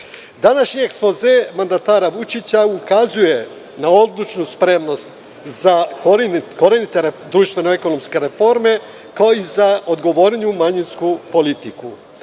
ekspoze mandatara Vučića ukazuje na odlučnu spremnost za korenite društveno-ekonomske reforme, kao i za odgovorniju manjinsku politiku.